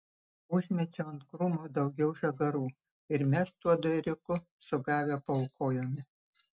užmečiau ant krūmo daugiau žagarų ir mes tuodu ėriuku sugavę paaukojome